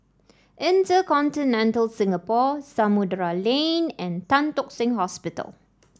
InterContinental Singapore Samudera Lane and Tan Tock Seng Hospital